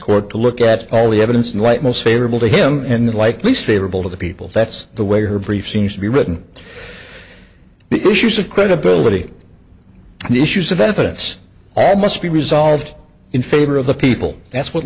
court to look at all the evidence in the light most favorable to him and like least favorable to the people that's the way her brief seems to be written the issues of credibility issues of evidence and must be resolved in favor of the people that's what